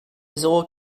zéro